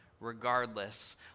regardless